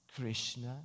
Krishna